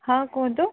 ହଁ କୁହନ୍ତୁ